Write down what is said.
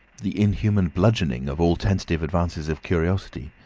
the inhuman bludgeoning of all tentative advances of curiosity,